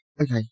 Okay